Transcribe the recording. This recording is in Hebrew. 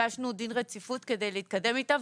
ביקשנו דין רציפות כדי להתקדם איתה,